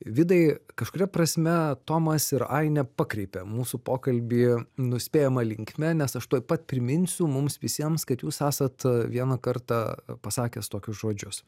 vidai kažkuria prasme tomas ir ainė pakreipia mūsų pokalbį nuspėjama linkme nes aš tuoj pat priminsiu mums visiems kad jūs esat vieną kartą pasakęs tokius žodžius